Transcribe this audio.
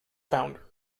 founder